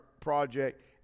project